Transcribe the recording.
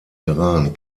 iran